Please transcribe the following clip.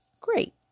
great